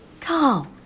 Carl